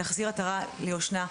להחזיר עטרה ליושנה.